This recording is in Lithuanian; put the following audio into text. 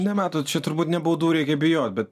na matot čia turbūt ne baudų reikia bijot bet